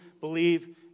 believe